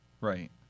right